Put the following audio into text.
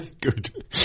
Good